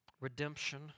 redemption